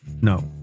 no